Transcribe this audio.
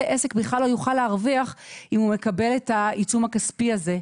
עסק בכלל לא יוכל להרוויח אם הוא מקבל את העיצום הכספי הזה.